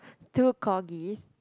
two corgis